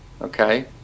okay